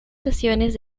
sesiones